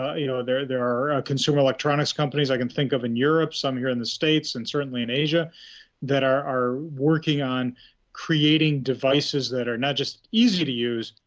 ah you know there there are consumer electronics companies, i can think of in europe, some in the states and certainly in asia that are are working on creating devices that are not just easy to use,